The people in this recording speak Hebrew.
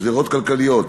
גזירות כלכליות,